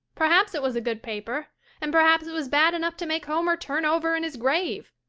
perhaps it was a good paper and perhaps it was bad enough to make homer turn over in his grave.